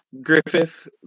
Griffith